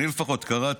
אני לפחות קראתי,